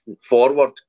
forward